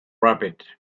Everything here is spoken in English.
rabbit